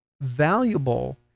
valuable